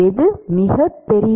எது மிகப் பெரியது